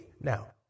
now